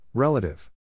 Relative